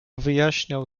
wyjaśniał